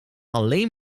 alleen